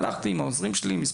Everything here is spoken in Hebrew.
אלא פשוט הלכתי עם העוזרים שלי ועוד